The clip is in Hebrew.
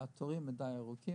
שהתורים עדיין ארוכים.